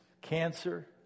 cancer